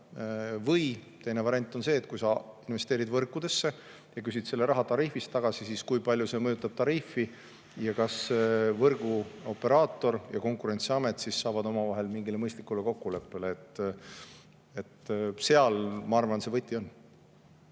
Teine variant on see, et kui sa investeerid võrkudesse ja küsid raha tariifi näol tagasi, siis kui palju see mõjutab tariifi ning kas võrguoperaator ja Konkurentsiamet saavad omavahel mingile mõistlikule kokkuleppele. Seal, ma arvan, see võti on.